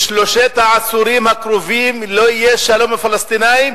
בשלושת העשורים הקרובים לא יהיה שלום עם הפלסטינים,